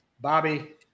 Bobby